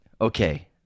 Okay